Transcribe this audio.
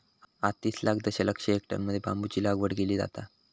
आज तीस लाख दशलक्ष हेक्टरमध्ये बांबूची लागवड केली जाता